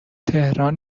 تهران